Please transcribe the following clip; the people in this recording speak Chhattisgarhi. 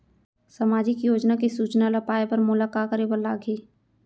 सामाजिक योजना के सूचना ल पाए बर मोला का करे बर लागही?